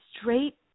straight